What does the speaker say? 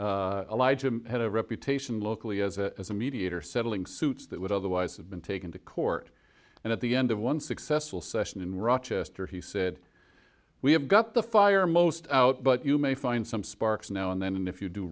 jim had a reputation locally as a as a mediator settling suits that would otherwise have been taken to court and at the end of one successful session in rochester he said we have got the fire most out but you may find some sparks now and then and if you do